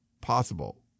possible